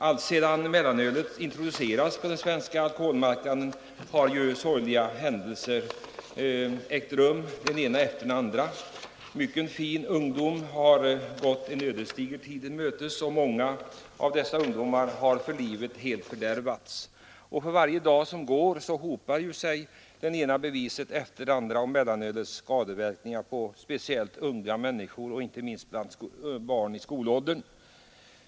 Alltsedan mellanölet introducerades på den svenska alkoholmarknaden har ju den ena sorgliga händelsen efter den andra ägt rum. Mycken fin ungdom har gått en ödesdiger tid till mötes, och många av dessa ungdomar har fördärvats för hela livet. För varje dag hopar sig det ena beviset efter det andra om mellanölets skadeverkningar på speciellt unga människor, särskilt bland barn i skolåldern.